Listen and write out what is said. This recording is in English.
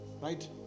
Right